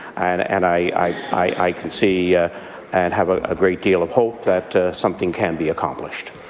and i i can see and have a ah great deal of hope that something can be accomplished.